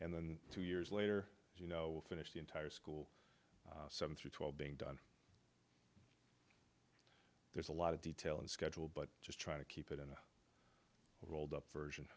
and then two years later you know finish the entire school seven through twelve being done there's a lot of detail and schedule but just try to keep it in a rolled up